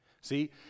See